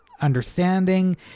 understanding